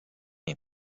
him